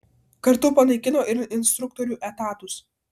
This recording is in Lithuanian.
kartu panaikino ir instruktorių etatus